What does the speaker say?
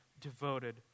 devoted